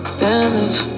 damage